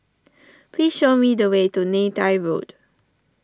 please show me the way to Neythai Road